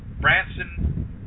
Branson